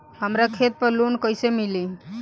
हमरा खेत पर लोन कैसे मिली?